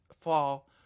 fall